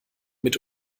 mit